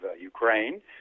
Ukraine